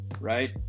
Right